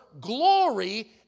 glory